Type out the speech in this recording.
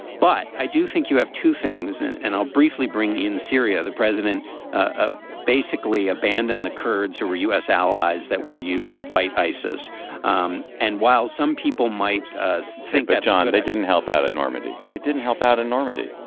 but i do think you have two things and and i'll briefly bring in syria. the president ah basically abandoned the kurds who were u s. allies that were used to fight isis um and while some people might think that john and i didn't help out at normandy they didn't help out in normandy.